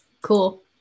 Cool